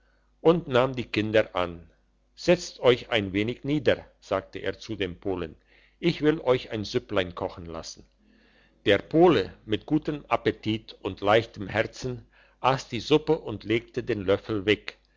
und nahm die kinder an setzt euch ein wenig nieder sagte er zu dem polen ich will euch ein süpplein kochen lassen der pole mit gutem appetit und leichtem herzen ass die suppe und legte den löffel weg